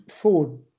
Ford